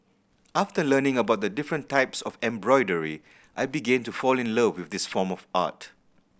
after learning about the different types of embroidery I began to fall in love with this form of art